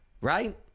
Right